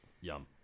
Yum